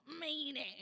meaning